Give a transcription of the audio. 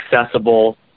accessible